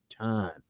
Time